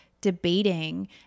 debating